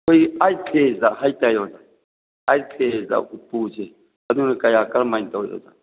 eight fast ꯍꯥꯏꯕꯇꯥꯏ ꯑꯣꯖꯥ eat fast ꯎꯄꯨꯁꯦ ꯑꯗꯨꯅ ꯀꯌꯥ ꯀꯔꯝ ꯍꯥꯏꯅ ꯇꯧꯏ ꯑꯣꯖꯥ